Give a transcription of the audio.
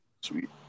Sweet